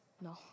No